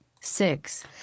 six